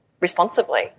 responsibly